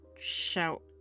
shout